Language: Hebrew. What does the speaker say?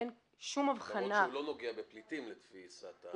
אין שום הבחנה --- למרות שהוא לא נוגע בפליטים לפי גירסת המסמך.